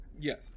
Yes